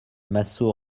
massot